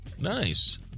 nice